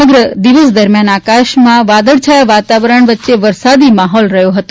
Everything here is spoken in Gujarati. સમગ્ર દિવસ દરમિયાન આકાશમાં વાદળછાયા વાતાવરણ વરસાદી માહોલ રહ્યો હતો